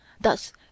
thus